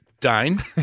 Dane